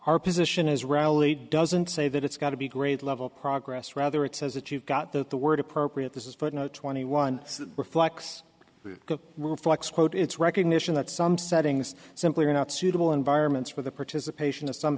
our position is rarely doesn't say that it's got to be grade level progress rather it says it you've got that the word appropriate this is footnote twenty one reflects reflects quote it's recognition that some settings simply are not suitable environments for the participation of some